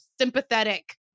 sympathetic